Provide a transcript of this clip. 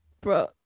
bro